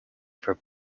for